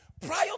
Prior